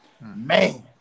man